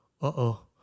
uh-oh